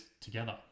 together